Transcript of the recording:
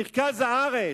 מרכז הארץ.